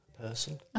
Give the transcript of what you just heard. person